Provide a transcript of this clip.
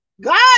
God